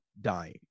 dying